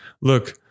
look